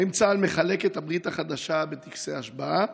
1. האם צה"ל מחלק את הברית החדשה בטקסי ההשבעה?